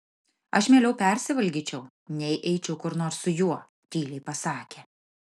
aš mieliau persivalgyčiau nei eičiau kur nors su juo tyliai pasakė